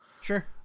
Sure